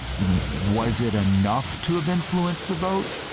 was it enough to have influenced the vote?